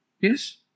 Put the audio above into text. Yes